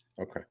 Okay